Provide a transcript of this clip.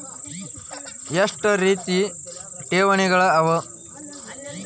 ಎಷ್ಟ ರೇತಿ ಠೇವಣಿಗಳ ಅವ?